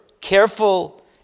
careful